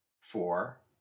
Four